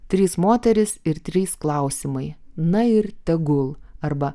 trys moterys ir trys klausimai na ir tegul arba